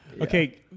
Okay